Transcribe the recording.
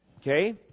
Okay